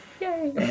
Yay